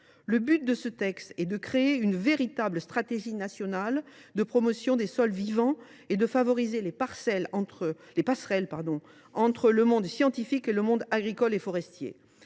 Le but de ce texte est de créer une véritable stratégie nationale de promotion des sols vivants et de favoriser les passerelles entre le monde scientifique et le monde agricole et forestier.